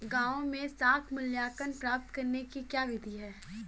गाँवों में साख मूल्यांकन प्राप्त करने की क्या विधि है?